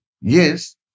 Yes